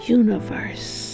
universe